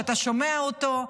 כשאתה שומע אותו,